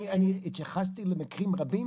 אני התייחסתי למקרים רבים,